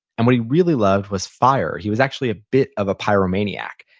and what he really loved was fire. he was actually a bit of a pyromaniac.